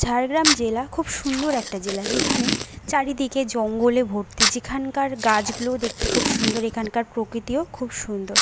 ঝাড়গ্রাম জেলা খুব সুন্দর একটা জেলা যেখানে চারিদিকে জঙ্গলে ভর্তি যেখানকার গাছগুলোও দেখতে খুব সুন্দর এখানকার প্রকৃতিও খুব সুন্দর